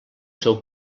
seu